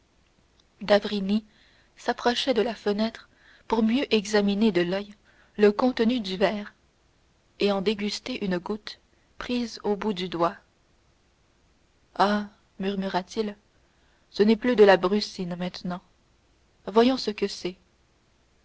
d'avrigny s'approchait de la fenêtre pour mieux examiner de l'oeil le contenu du verre et en déguster une goutte prise au bout du doigt ah murmura-t-il ce n'est plus de la brucine maintenant voyons ce que c'est